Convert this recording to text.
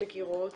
מכירות